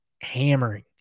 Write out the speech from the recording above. hammering